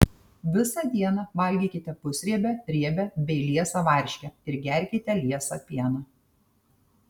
visą dieną valgykite pusriebę riebią bei liesą varškę ir gerkite liesą pieną